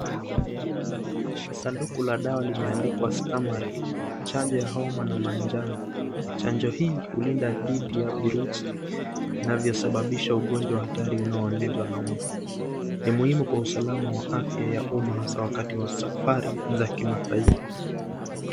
Sanduku la dawa limeandikwa stamaril chanjo ya homa na manjano. Chanjo hii hulinda dhidi ya virusi inayosababisha ugonjwa hatari unaoenezwa na mbu. Ni muhimu kwa usalama wa afya ya uma hasa wakati wa safari za kimataifa.